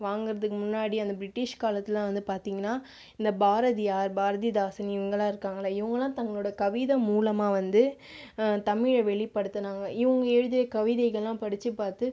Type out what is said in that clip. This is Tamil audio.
வாங்கிறதுக்கு முன்னாடி அந்த பிரிட்டிஷ் காலத்துலெல்லாம் வந்து பார்த்தீங்கன்னா இந்த பாரதியார் பாரதிதாசன் இவங்கெல்லாம் இருக்காங்கள்லே இவர்கெல்லாம் தங்களுடைய கவிதை மூலமாக வந்து தமிழை வெளிப்படுத்தினாங்க இவங்கள் எழுதிய கவிதைகளெல்லாம் படித்து பார்த்து